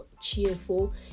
cheerful